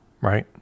right